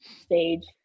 stage